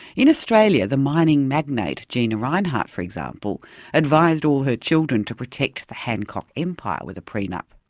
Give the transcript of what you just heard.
in australia, the mining magnate gina rinehart for example advised all her children to protect the hancock empire with a prenup,